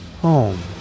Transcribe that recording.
home